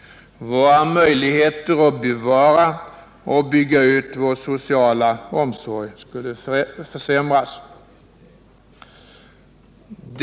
Våra möjligheter att bevara och bygga ut vår sociala omsorg skulle försämras.